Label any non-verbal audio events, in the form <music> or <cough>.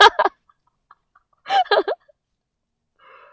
<laughs> <breath>